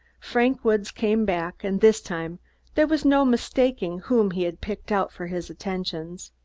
frank woods came back, and this time there was no mistaking whom he had picked out for his attentions.